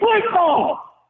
football